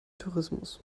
tourismus